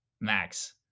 Max